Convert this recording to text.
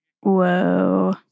Whoa